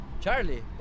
charlie